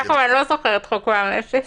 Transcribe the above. יעקב, אני לא זוכרת חוק מע"מ אפס.